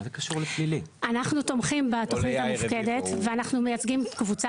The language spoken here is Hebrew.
אנחנו תומכים בתוכנית המופקדת ואנחנו מייצגים קבוצה